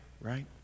right